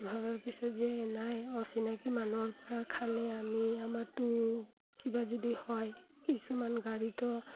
তাৰ পিছত যে নাই অচিনাকি মানুহৰপৰা খালে আমি আমাৰটো কিবা যদি হয় কিছুমান গাড়ীতো